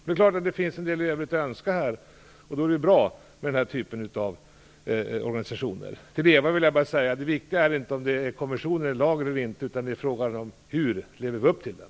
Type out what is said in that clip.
Det finns naturligtvis en del övrigt att önska, och då är det bra med den här typen av organisationer. Till Eva Zetterberg vill jag bara säga att det avgörande inte är om det är konventioner eller lagar utan hur vi lever upp till dem.